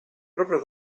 proprio